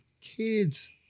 Kids